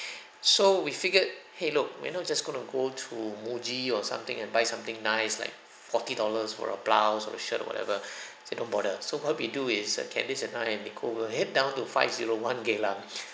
so we figured !hey! look we're not just going to go to Muji or something and buy something nice like forty dollars for a blouse or a shirt or whatever said don't bother so what we do is uh candace and I make over head down to five zero one geylang